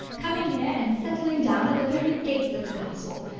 coming here and settling down at the very gates of the castle!